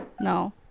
No